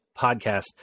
Podcast